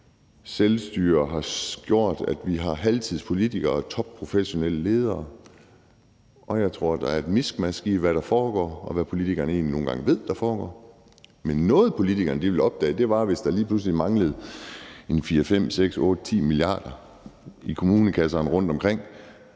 selvstyre har gjort, at vi har halvtidspolitikere og topprofessionelle ledere, og jeg tror, at der nogle gange er et mismatch mellem, hvad der foregår, og hvad politikerne egentlig ved der foregår. Men noget, politikerne ville opdage, var, hvis der lige pludselig manglede 4, 5, 6, 8 eller 10 mia. kr. i kommunekasserne rundtomkring.